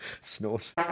Snort